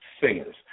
singers